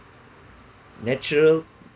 natural